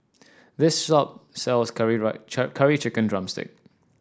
this shop sells curry right Curry Chicken drumstick